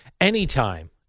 anytime